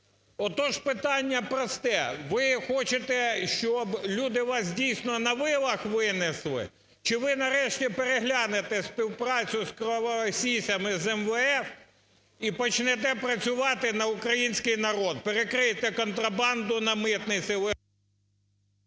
Отож питання просте: ви хочете, щоб люди вас дійсно на вилах винесли? Чи ви нарешті переглянете співпрацю з "кровосісями" з МВФ і почнете працювати на український народ? Перекрийте контрабанду на митниці…